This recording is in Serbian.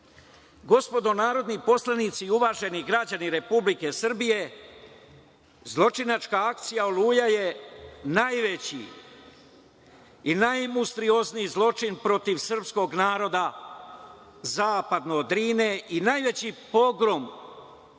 narodni poslanici i uvaženi građani Republike Srbije, zločinačka akcija „Oluja“ je najveći i najmonstruozniji zločin protiv srpskog naroda zapadno od Drine i najveći pogrom u